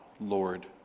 Lord